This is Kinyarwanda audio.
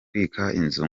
inzu